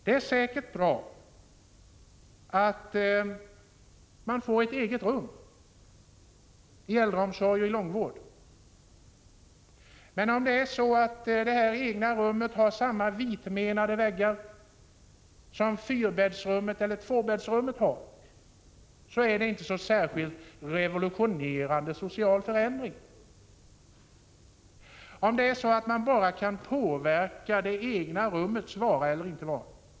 Det är säkert bra att den som tas om hand inom äldreomsorg och långvård får ett eget rum. Men om det egna rummet har samma vitmenade väggar som fyrbäddsrummet eller tvåbäddsrummet, så är det inte fråga om någon särskilt revolutionerande social förändring. Det får inte vara så att man bara kan påverka det egna rummets vara eller inte vara.